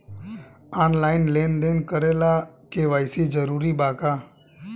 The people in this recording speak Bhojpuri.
आनलाइन लेन देन करे ला के.वाइ.सी जरूरी बा का?